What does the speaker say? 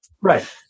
Right